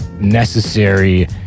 necessary